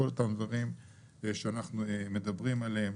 כל אותם דברים שאנחנו מדברים עליהם